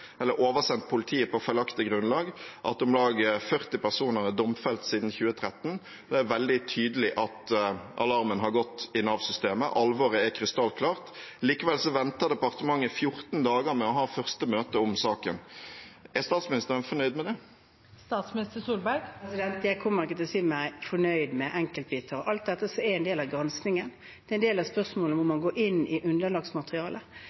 eller oversendt politiet, på feilaktig grunnlag, og at om lag 40 personer er domfelt siden 2013. Det er veldig tydelig at alarmen har gått i Nav-systemet. Alvoret er krystallklart. Likevel venter departementet 14 dager med å ha første møte om saken. Er statsministeren fornøyd med det? Jeg kommer ikke til å si meg fornøyd med enkeltbiter av alt det som er en del av granskingen. Det er en del av spørsmålene hvor man går inn i underlagsmaterialet.